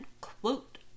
quote